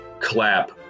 clap